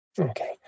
Okay